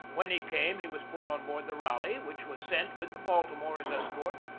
when he came he was put on board the raleigh, which was sent, with the baltimore as escort,